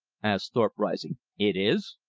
asked thorpe, rising. it is.